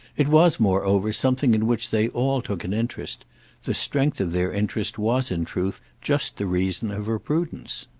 it was moreover something in which they all took an interest the strength of their interest was in truth just the reason of her prudence.